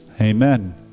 amen